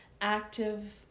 active